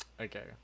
Okay